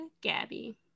Gabby